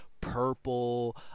purple